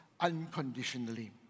unconditionally